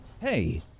Hey